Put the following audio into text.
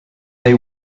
they